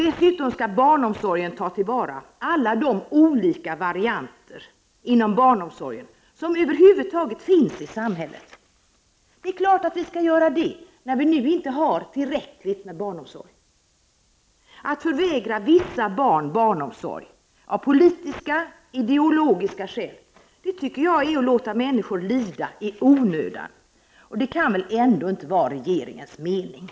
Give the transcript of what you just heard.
Dessutom skall barnomsorgen vara sådan att man kan ta till vara alla olika varianter inom samhällets barnomsorg. Det är klart att det skall vara så, särskilt som vi nu inte har barnomsorg i tillräcklig omfattning. Att förvägra vissa barn barnomsorg av politiska, ideologiska, skäl tycker jag är att låta människor lida i onödan. Det kan väl ändå inte vara regeringens avsikt.